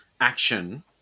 action